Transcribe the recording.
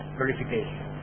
verification